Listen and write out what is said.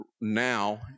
now